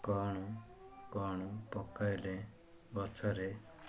କ'ଣ କ'ଣ ପକାଇଲେ ଗଛରେ